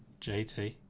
JT